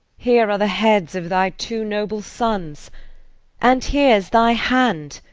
here are the heads of thy two noble sons and here's thy hand,